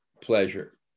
pleasure